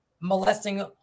molesting